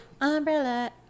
Umbrella